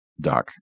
Doc